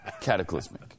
cataclysmic